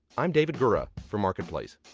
i'm david gura for marketplace